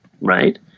right